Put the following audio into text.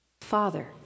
father